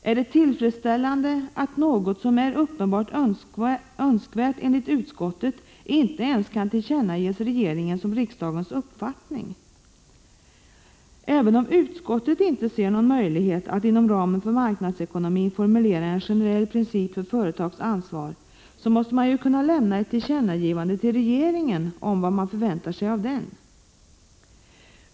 Är det tillfredsställande, att något som är uppenbart önskvärt — enligt utskottet — inte ens kan tillkännages regeringen som riksdagens uppfattning? Även om utskottet inte ser någon möjlighet att inom ramen för marknadsekonomin formulera en generell princip för företags ansvar, måste riksdagen kunna göra ett tillkännagivande till regeringen om vad man förväntar sig av den.